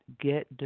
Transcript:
get